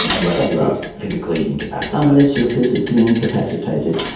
and unless you are physically incapacitated. unless you are physically incapacitated.